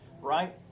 right